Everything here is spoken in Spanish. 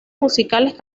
musicales